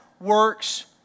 works